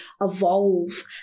evolve